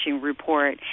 Report